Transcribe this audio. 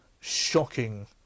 shocking